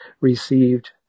received